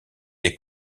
des